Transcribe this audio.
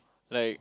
like